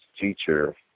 teacher